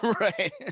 Right